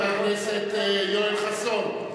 חבר הכנסת יואל חסון,